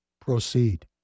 Proceed